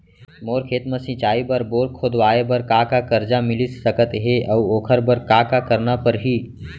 मोर खेत म सिंचाई बर बोर खोदवाये बर का का करजा मिलिस सकत हे अऊ ओखर बर का का करना परही?